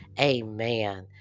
Amen